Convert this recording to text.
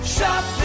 Shop